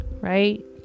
right